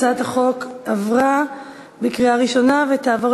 הצעת החוק עברה בקריאה ראשונה ותעבור